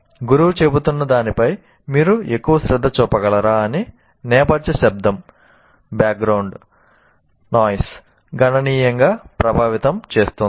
గురువు చెబుతున్న దానిపై మీరు ఎక్కువ శ్రద్ధ చూపగలరా అని నేపథ్య శబ్దం గణనీయంగా ప్రభావితం చేస్తుంది